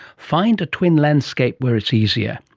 find a twin landscape where it is easier.